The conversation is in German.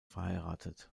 verheiratet